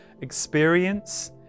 experience